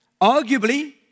Arguably